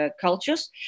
cultures